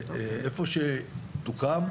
היכן שהיא תוקם,